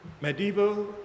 Medieval